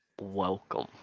Welcome